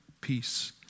peace